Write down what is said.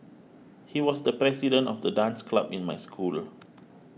he was the president of the dance club in my school